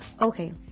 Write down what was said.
Okay